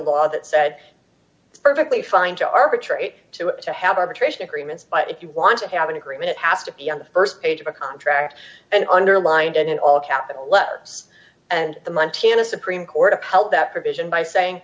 law that said it's perfectly fine to arbitrate to it to have arbitration agreements but if you want to have an agreement it has to be on the st page of a contract and underlined and in all capital letters and the munty and a supreme court upheld that provision by saying